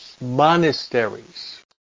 monasteries